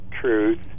truth